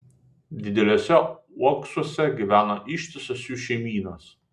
dideliuose uoksuose gyveno ištisos jų šeimynos